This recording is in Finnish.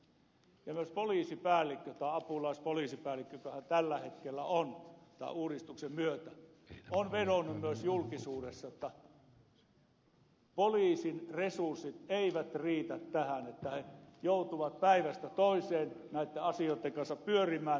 myös poliisipäällikkö tai apulaispoliisipäällikkökö hän tällä hetkellä on tämän uudistuksen myötä on vedonnut julkisuudessa että poliisin resurssit eivät riitä tähän että he joutuvat päivästä toiseen näitten asioitten kanssa pyörimään